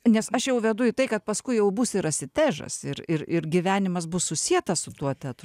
nes aš jau vedu į tai kad paskui jau bus ir asitežas ir ir ir gyvenimas bus susietas su tuo teatru